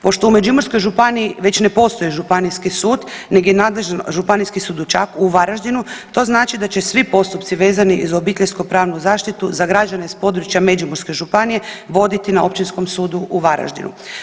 Pošto u Međimurskoj županiji već ne postoji županijski sud nego je nadležan Županijski sud u Varaždinu to znači da će svi postupci vezano za obiteljsko pravnu zaštitu za građane s područja Međimurske županije voditi na Općinskom sudu u Varaždinu.